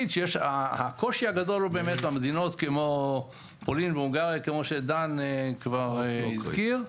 הקושי הגדול הוא באמת מדינות כמו פולין והונגריה כמו שדן כבר הזכיר.